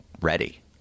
ready